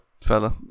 fella